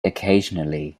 occasionally